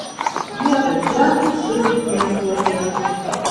niekad žentas šitaip nesuokė